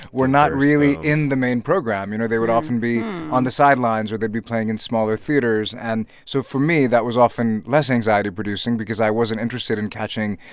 were not really in the main program, you know? they would often be on the sidelines, or they'd be playing in smaller theaters. and so, for me, that was often less anxiety-producing because i wasn't interested in catching,